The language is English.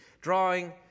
drawing